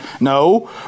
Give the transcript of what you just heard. No